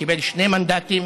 קיבל שני מנדטים